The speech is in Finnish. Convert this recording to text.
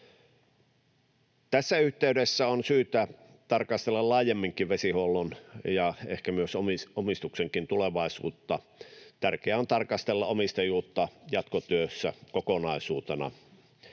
Tässä yhteydessä on syytä tarkastella laajemminkin vesihuollon ja ehkä myös omistuksenkin tulevaisuutta. Tärkeää on tarkastella omistajuutta jatkotyössä kokonaisuutena.